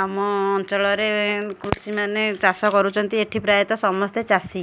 ଆମ ଅଞ୍ଚଳରେ କୃଷିମାନେ ଚାଷ କରୁଛନ୍ତି ଏଠି ପ୍ରାୟତଃ ସମସ୍ତେ ଚାଷୀ